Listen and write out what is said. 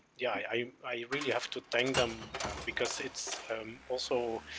yeah, i, i really have to thank them because it's also,